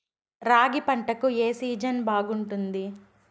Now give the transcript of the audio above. రాగి పంటకు, ఏ సీజన్ బాగుంటుంది?